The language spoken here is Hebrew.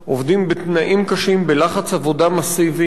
העובדים בתנאים קשים, בלחץ עבודה מסיבי,